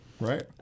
right